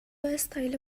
استایل